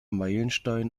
meilenstein